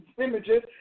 images